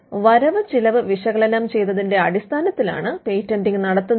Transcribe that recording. അതായത് വരവ് ചിലവ് വിശകലനം ചെയ്തതിന്റെ അടിസ്ഥാനത്തിലാണ് പേറ്റന്റിങ് നടത്തുന്നത്